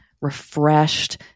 refreshed